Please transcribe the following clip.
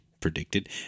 predicted